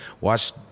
Watch